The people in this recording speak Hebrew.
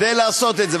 כדי לעשות את זה.